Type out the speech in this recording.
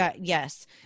yes